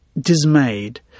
dismayed